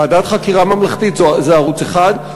ועדת חקירה ממלכתית זה ערוץ אחד,